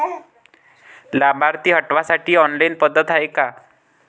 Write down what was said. लाभार्थी हटवासाठी ऑनलाईन पद्धत हाय का?